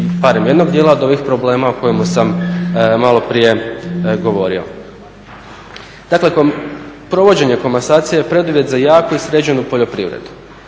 barem jednog dijela od ovih problema o kojemu sam malo prije govorio. Dakle, provođenje komasacije je preduvjet za jaku i sređenu poljoprivredu.